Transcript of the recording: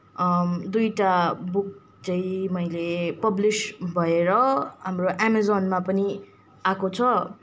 दुईवटा बुक चाहिँ मैले पब्लिस भएर हाम्रो अमेजनमा पनि आएको छ